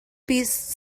piece